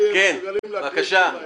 כן, בבקשה.